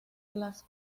las